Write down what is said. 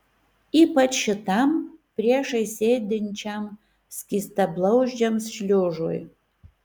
ypač šitam priešais sėdinčiam skystablauzdžiams šliužui